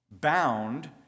bound